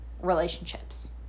relationships